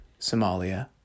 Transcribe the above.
Somalia